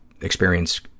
experience